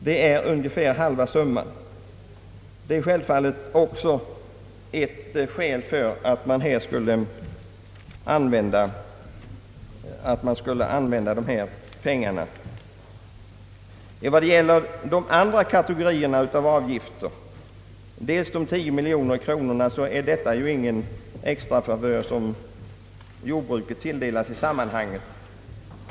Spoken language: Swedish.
Det är ungefär halva summan, Det är självfallet ytterligare ett skäl för att använda andra pengar än slaktdjursavgifter. När det gäller de andra kategorierna av avgifter, exempelvis de 10 miljoner kronorna, är det ingen extrafavör som jordbruket tilldelas i sammanhanget.